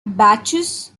badges